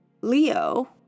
Leo